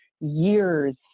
years